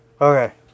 Okay